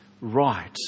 right